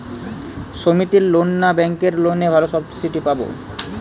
সমিতির লোন না ব্যাঙ্কের লোনে ভালো সাবসিডি পাব?